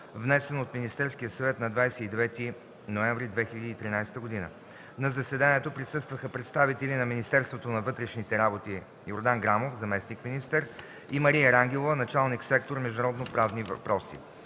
внесен от Министерския съвет на 29 ноември 2013 г. На заседанието присъстваха представители на Министерството на вътрешните работи: Йордан Грамов – заместник-министър, и Мария Рангелова, началник сектор „Международно-правни въпроси”,